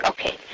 Okay